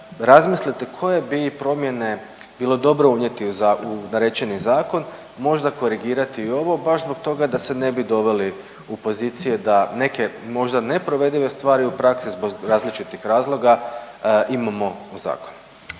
razmisliti koje bi promjene bilo dobro unijeti u narečeni zakon, možda korigirati i ovo baš zbog toga da se ne bi doveli u pozicije da neke možda neprovedive stvari u praksi zbog različitih razloga imamo u zakonu.